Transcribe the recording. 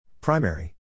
Primary